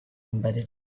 embedded